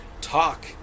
talk